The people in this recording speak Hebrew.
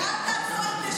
אל תעצור את נשימתך,